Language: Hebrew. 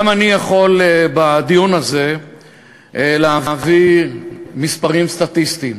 גם אני יכול בדיון הזה להביא מספרים וסטטיסטיקות.